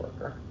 worker